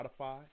Spotify